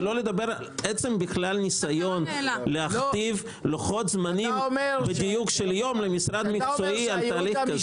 שלא לדבר על הניסיון להכתיב לוחות זמנים למשרד מקצועי על תהליך כזה.